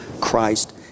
Christ